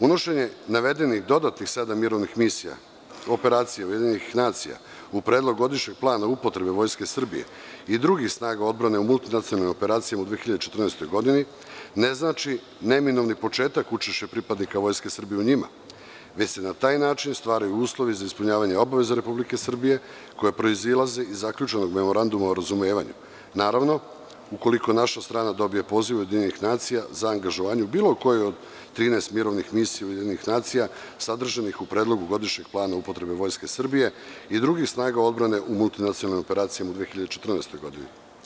Unošenje navedenih dodatnih sedam mirovnih misija, operacija UN u Predlog godišnjeg plana upotrebe Vojske Srbije i drugih snaga odbrane u multinacionalnim operacijama u 2014. godini ne znači neminovni početak učešća pripadnika Vojske Srbije u njima, već se na taj način stvaraju uslovi za ispunjavanje obaveza Republike Srbije koje proizilazi iz zaključenog Memoranduma o razumevanju, naravno, ukoliko naša strana dobije poziv od UN za angažovanje bilo koje od 13 mirovnih misija UN sadržanih u predlogu godišnjeg plana upotrebe Vojske Srbije i drugih snaga odbrane u multinacionalnim operacijama u 2014. godini.